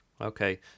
Okay